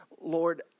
Lord